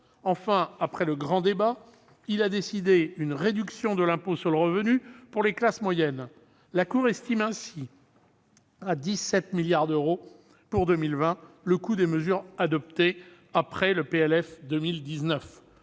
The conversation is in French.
Enfin, après le grand débat national, il a décidé une réduction de l'impôt sur le revenu pour les classes moyennes. La Cour estime ainsi à 17 milliards d'euros pour 2020 le coût des mesures adoptées après le projet